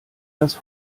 das